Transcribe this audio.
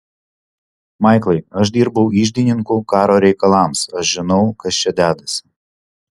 maiklai aš dirbau iždininku karo reikalams aš žinau kas čia dedasi